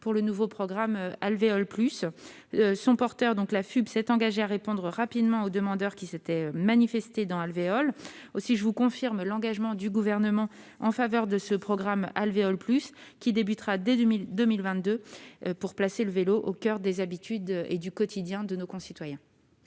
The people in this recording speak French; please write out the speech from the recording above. dans le nouveau programme Alvéole+. Son porteur, la FUB, s'est engagé à répondre rapidement aux demandeurs qui s'étaient manifestés dans Alvéole. Enfin, je vous confirme l'engagement du Gouvernement en faveur du programme Alvéole+, qui commencera dès 2022, pour placer le vélo au coeur des habitudes et du quotidien des citoyens.